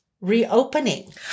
reopening